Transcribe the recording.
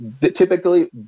typically